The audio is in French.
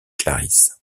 clarisses